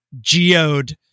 Geode